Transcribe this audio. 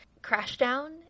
Crashdown